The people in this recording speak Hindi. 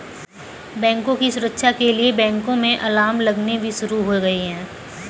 बैंकों की सुरक्षा के लिए बैंकों में अलार्म लगने भी शुरू हो गए हैं